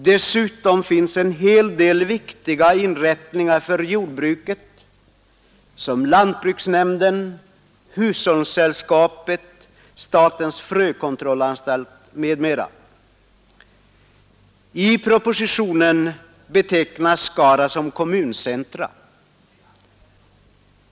Dessutom finns där en hel del viktiga inrättningar för jordbruket såsom lantbruksnämnden, hushållningssällskapet, statens frökontrollanstalt m.fl. I propositionen betecknas Skara som kommuncentrum.